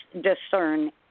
discern